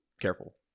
careful